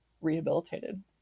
rehabilitated